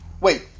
Wait